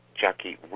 Jackie